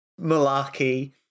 malarkey